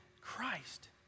Christ